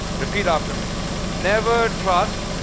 repeat after me never trust